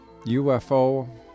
UFO